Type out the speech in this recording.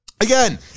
Again